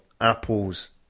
apple's